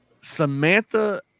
Samantha